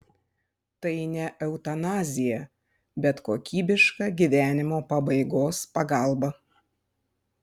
tai ne eutanazija bet kokybiška gyvenimo pabaigos pagalba